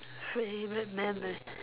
favorite memory